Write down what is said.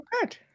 good